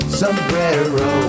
sombrero